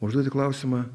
o užduodi klausimą